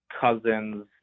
cousins